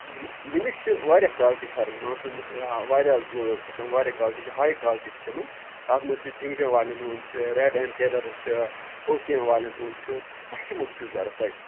مےٚ مےٚ نِش چھِ واریاہ کالٹی پھٮ۪رَن مان ژٕ آ واریاہ حظ ذاژ چھِ تِم واریاہ کالٹی چھِ ہاے کالٹی چھِ تِمَن اَتھ منٛز چھِ ڈینگجا والیٚن ہُنٛد چھِ ریڈ ایٚنٛڈ ٹٮ۪لٲرٕز چھِ او سی این والیٚن ہُنٛد چھِ تۄہہِ کمیُک چھُو ضوٚرَتھ تۄہہِ